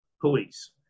police